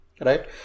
right